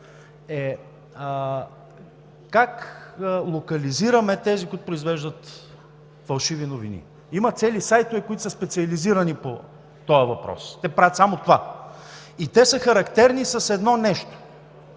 е как локализираме тези, които произвеждат фалшиви новини. Има цели сайтове, които са специализирани по този въпрос. Те правят само това и са характерни с едно нещо.